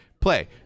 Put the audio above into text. Play